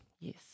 Yes